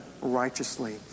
righteously